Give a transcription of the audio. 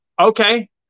Okay